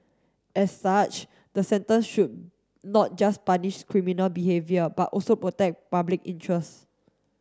as such the sentence should not just punish criminal behaviour but also protect public interest